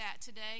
today